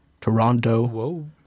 Toronto